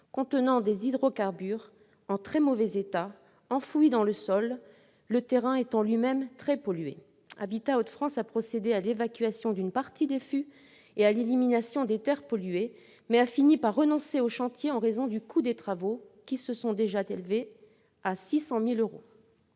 contenant des hydrocarbures et enfouis dans le sol, le terrain étant lui-même très pollué. Habitat Hauts-de-France a procédé à l'évacuation d'une partie des fûts et à l'élimination des terres polluées, mais a fini par renoncer au chantier en raison du coût des travaux, qui atteignent déjà 600 000 euros.